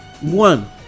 One